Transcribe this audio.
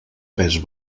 pes